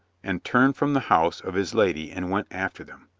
and turned from the house of his lady and went after them.